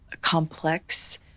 complex